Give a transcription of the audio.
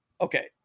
Okay